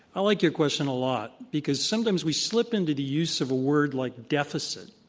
i like your question a lot, because sometimes we slip into the use of a word like deficit,